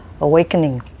awakening